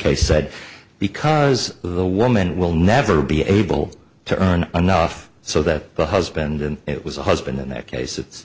k said because the woman will never be able to earn enough so that the husband and it was a husband in that case it's